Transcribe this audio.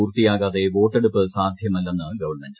പൂർത്തിയാകാതെ വോട്ടെടുപ്പ് സാധ്യമല്ലെന്ന് ഗവൺമെന്റ്